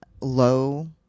low